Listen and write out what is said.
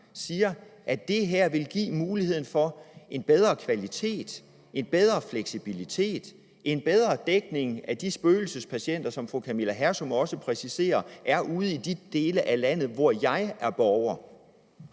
siger, at det her vil give mulighed for en bedre kvalitet, en bedre fleksibilitet, en bedre dækning af de spøgelsespatienter, som fru Camilla Hersom også præciserer er ude i de dele af landet, hvor jeg bor?